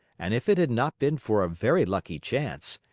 and if it had not been for a very lucky chance,